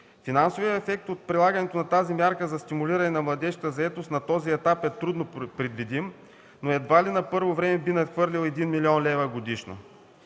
Финансовият ефект от прилагането на тази мярка за стимулиране на младежката заетост на този етап е трудно предвидим, но едва ли на първо време би надхвърлила 1 млн.лв. годишно.